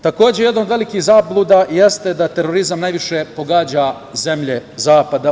Takođe, jedna od velikih zabluda jeste da terorizam najviše pogađa zemlje Zapada.